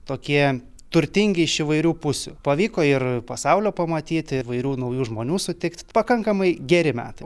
tokie turtingi iš įvairių pusių pavyko ir pasaulio pamatyti įvairių naujų žmonių sutikt pakankamai geri metai